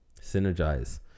synergize